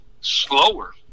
slower